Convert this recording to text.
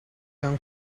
young